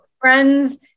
friends